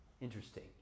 interesting